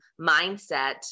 mindset